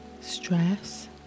stress